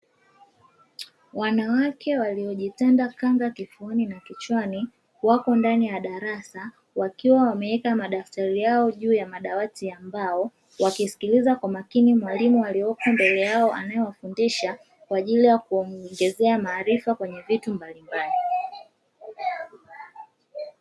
Wanawake waliojitanda kanga kifuani na kichwani, wako ndani ya darasa wakiwa wameweka madaftari yao juu ya madawati ya mbao, wakisikiliza kwa makini mwalimu aliyeko mbele yao anayewafundisha kwa ajili ya kuongezea maarifa kwenye vitu mbalimbali.